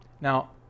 Now